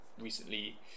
recently